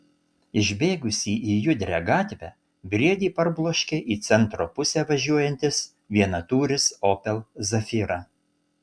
išbėgusį į judrią gatvę briedį parbloškė į centro pusę važiuojantis vienatūris opel zafira